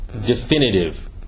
definitive